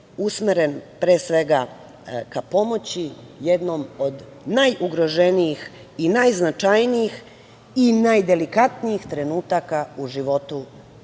usmeren, pre svega, ka pomoći jednom od najugroženijih i najznačajnijih i najdelikatnijih trenutaka u životu